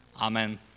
Amen